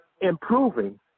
improving